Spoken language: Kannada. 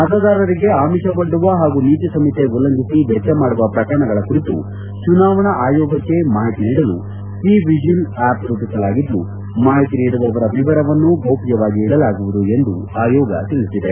ಮತದಾರರಿಗೆ ಆಮಿಷ ಒಡ್ಡುವ ಹಾಗೂ ನೀತಿ ಸಂಹಿತೆ ಉಲ್ಲಂಘಿಸಿ ವೆಜ್ಜ ಮಾಡುವ ಪ್ರಕರಣಗಳ ಕುರಿತು ಚುನಾವಣಾ ಅಯೋಗಕ್ಕೆ ಮಾಹಿತಿ ನೀಡಲು ಸಿ ವಿಜಿಲ್ ಆ್ಕಪ್ ರೂಪಿಸಲಾಗಿದ್ದು ಮಾಹಿತಿ ನೀಡುವವರ ವಿವರವನ್ನು ಗೌಪ್ಯವಾಗಿ ಇಡಲಾಗುವುದು ಎಂದು ಆಯೋಗ ತಿಳಿಸಿದೆ